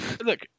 Look